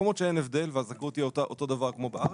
זכאויות כספיות.